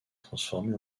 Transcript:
transformé